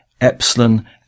Epsilon